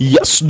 Yes